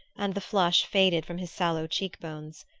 and the flush faded from his sallow cheek-bones.